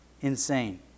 insane